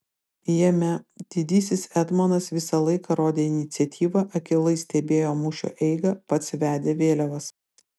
jame didysis etmonas visą laiką rodė iniciatyvą akylai stebėjo mūšio eigą pats vedė vėliavas